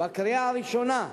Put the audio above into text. בקריאה הראשונה,